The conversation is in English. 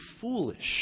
foolish